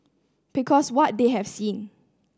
because what they have seen